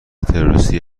تروریستی